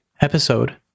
episode